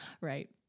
Right